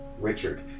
Richard